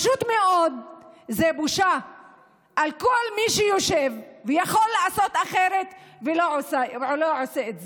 זו פשוט מאוד בושה לכל מי שיושב ויכול לעשות אחרת ולא עושה את זה.